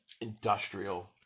industrial